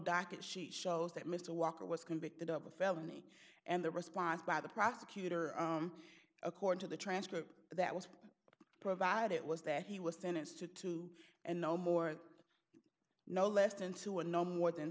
docket she shows that mr walker was convicted of a felony and the response by the prosecutor according to the transcript that was provided it was that he was sentenced to two and no more no less than two or no more than